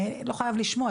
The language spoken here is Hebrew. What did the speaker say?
לא חייב לשמוע,